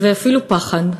ואפילו פחד.